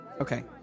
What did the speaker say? Okay